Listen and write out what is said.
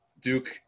Duke